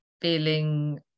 feeling